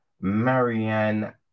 Marianne